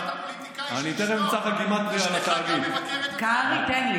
אז איך התקשורת תבקר את הפוליטיקאי כשהיא תשתוק?